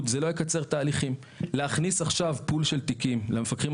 אם אני עכשיו הקשיש הייתי מוכר את הדירה שלי בשוק החופשי,